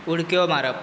उडक्यो मारप